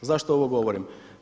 Zašto ovo govorim?